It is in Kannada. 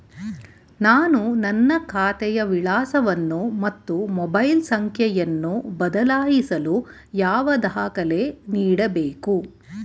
ನಾನು ನನ್ನ ಖಾತೆಯ ವಿಳಾಸವನ್ನು ಮತ್ತು ಮೊಬೈಲ್ ಸಂಖ್ಯೆಯನ್ನು ಬದಲಾಯಿಸಲು ಯಾವ ದಾಖಲೆ ನೀಡಬೇಕು?